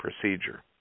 procedure